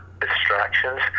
distractions